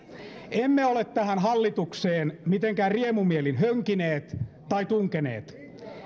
emme ole tähän hallitukseen mitenkään riemumielin hönkineet tai tunkeneet